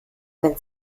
wenn